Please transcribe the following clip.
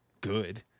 good